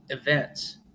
events